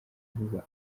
vuba